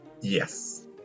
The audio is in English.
Yes